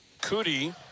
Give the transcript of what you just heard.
Cootie